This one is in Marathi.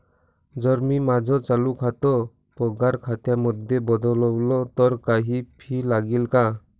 जर मी माझं चालू खातं पगार खात्यामध्ये बदलवल, तर काही फी लागेल का?